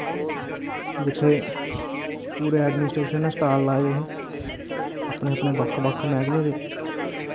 जित्थै पूरे एडमनिस्ट्रेशन नै स्टाल लाये दे हे अपने अपने बक्ख बक्ख मैह्कमे दे